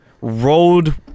road